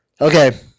Okay